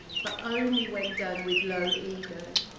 but only when done with low ego.